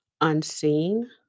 unseen